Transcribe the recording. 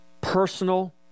personal